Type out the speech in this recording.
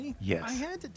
Yes